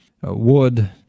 wood